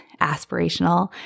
aspirational